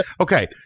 okay